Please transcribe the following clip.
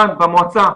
כאן במועצה.